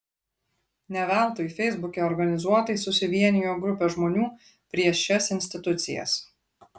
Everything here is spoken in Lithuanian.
ne veltui feisbuke organizuotai susivienijo grupė žmonių prieš šias institucijas